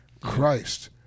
Christ